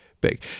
big